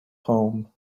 home